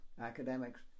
academics